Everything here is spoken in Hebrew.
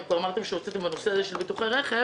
אם כבר אמרתם שהוצאתם שימוע בנושא ביטוחי רכב